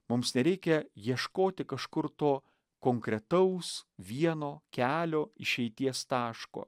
mums nereikia ieškoti kažkur to konkretaus vieno kelio išeities taško